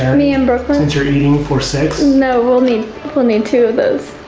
me and brooklyn. since you're eating for six? no, we'll need we'll need two of those.